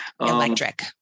electric